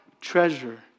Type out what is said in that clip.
treasure